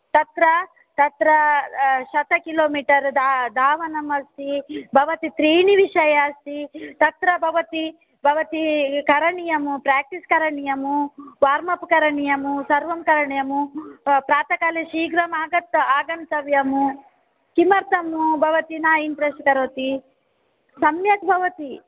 तत्र तत्र शतकिलोमीटर् द धावनम् अस्ति बवती त्रीणि विषय अस्ति तत्र बवती बवति करणीयम् प्राक्टीस् करणीयम् वार्मप् करणीयम् सर्वं करणीयम् प्रातःकाले शीघ्रम् आगत् आगन्तव्यम् किमर्तम् भवती न इण्ट्रेस्ट् करोति सम्यक् भवति